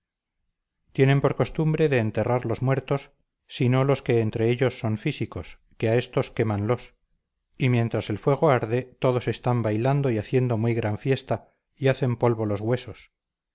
tienen por costumbre de enterrar los muertos si no son los que entre ellos son físicos que a éstos quémanlos y mientras el fuego arde todos están bailando y haciendo muy gran fiesta y hacen polvo los huesos